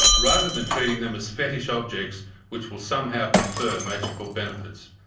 rather than treating them as fetish objects which will somehow confer magical benefits.